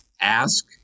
Ask